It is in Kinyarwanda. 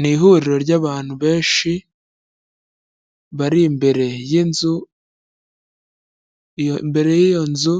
Ni ihuriro ry'abantu benshi bari imbere y'inzu, imbere y'iyo nzu